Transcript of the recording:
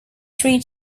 three